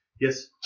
Yes